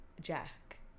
Jack